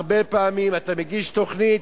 הרבה פעמים אתה מגיש תוכנית,